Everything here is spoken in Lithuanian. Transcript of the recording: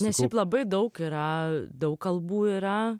nes šiaip labai daug yra daug kalbų yra